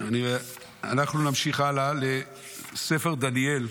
אנחנו נמשיך הלאה לספר דניאל.